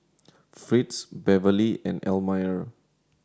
Fritz Beverley and Elmire